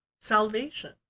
salvation